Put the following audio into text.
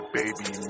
baby